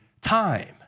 time